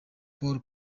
pool